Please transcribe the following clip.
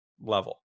level